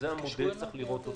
זה המודל שאותו צריך לראות.